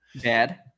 Dad